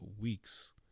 weeks